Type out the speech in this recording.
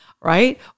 right